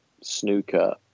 snooker